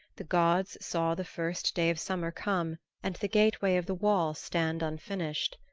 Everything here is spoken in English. the gods saw the first day of summer come and the gateway of the wall stand unfinished.